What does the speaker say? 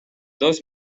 dos